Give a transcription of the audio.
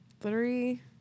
Three